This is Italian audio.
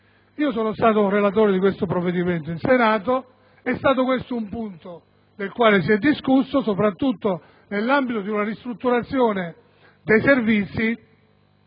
Sono stato relatore di tale provvedimento in Senato ed è stato questo un punto del quale si è discusso, soprattutto nell'ambito di una ristrutturazione dei Servizi